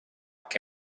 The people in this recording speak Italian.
che